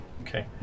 Okay